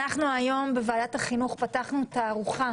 אנחנו היום בוועדת החינוך פתחנו תערוכה